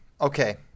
Okay